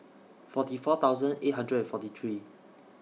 forty four thousand eight hundred and forty three